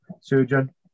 surgeon